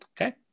Okay